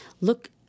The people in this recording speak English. look